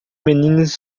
meninos